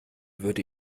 würde